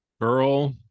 Girl